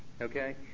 Okay